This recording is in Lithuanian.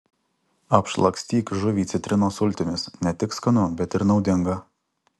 apšlakstyk žuvį citrinos sultimis ne tik skanu bet ir naudinga